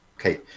Okay